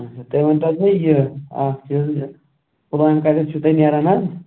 اَچھا تُہۍ ؤنۍتَو مےٚ یہِ اَکھ چیٖز پُلوامہِ کَتٮ۪تھ چھُو تۄہہِ نیران حظ